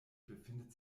befindet